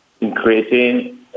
increasing